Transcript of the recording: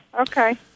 okay